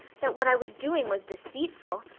that what i was doing was deceitful.